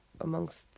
amongst